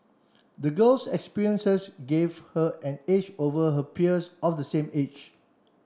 the girl's experiences gave her an edge over her peers of the same age